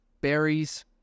berries